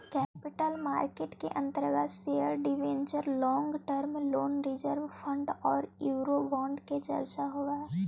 capital market के अंतर्गत share debenture long term loan reserve fund औउर यूरोबोंड के चर्चा होवऽ हई